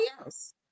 else